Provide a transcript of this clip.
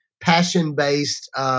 passion-based